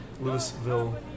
Louisville